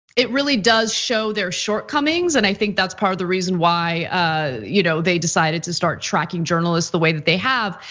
it really does show their shortcomings and i think that's part of the reason why ah you know they decided to start tracking journalists the way that they have.